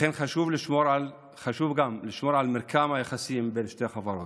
לכן חשוב גם לשמור על מרקם היחסים בין שתי החברות.